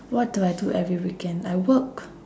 what do I do every weekend I work